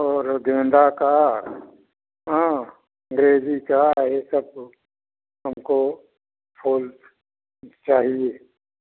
और गेंदे का हाँ और बेली का यह सब हमको फूल चाहिए